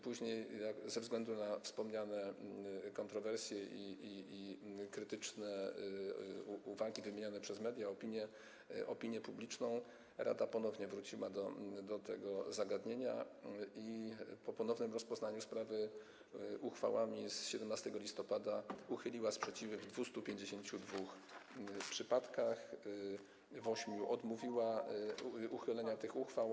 Później ze względu na wspomniane kontrowersje i krytyczne uwagi wyrażane przez media, opinię publiczną rada ponownie wróciła do tego zagadnienia i po ponownym rozpoznaniu sprawy uchwałami z 17 listopada uchyliła sprzeciwy w 252 przypadkach, a w ośmiu odmówiła uchylenia tych uchwał.